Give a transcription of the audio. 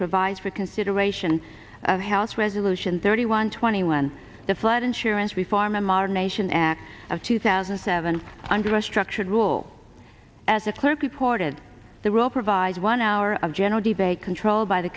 provides for consideration of house resolution thirty one twenty one the flood insurance reform a modern nation act of two thousand and seven under a structured rule as a clerk reported the rule provides one hour of general d b a control by the